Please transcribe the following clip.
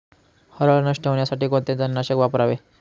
हरळ नष्ट होण्यासाठी कोणते तणनाशक वापरावे?